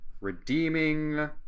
redeeming